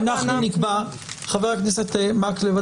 חבר הכנסת מקלב,